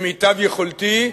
כמיטב יכולתי,